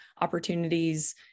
opportunities